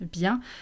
bien